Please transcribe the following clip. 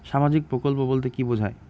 সামাজিক প্রকল্প বলতে কি বোঝায়?